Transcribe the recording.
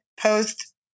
post